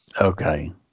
Okay